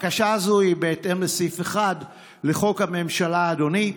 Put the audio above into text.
הבקשה הזו היא בהתאם לסעיף 1 לחוק הממשלה, אדוני.